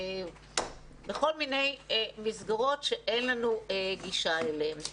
בכל מיני מסגרות שאין לנו גישה אליהן.